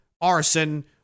arson